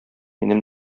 минем